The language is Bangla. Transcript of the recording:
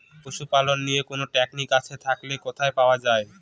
পশুপালন নিয়ে কোন ট্রেনিং আছে থাকলে কোথায় পাওয়া য়ায়?